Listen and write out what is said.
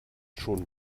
schon